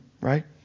right